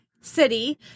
city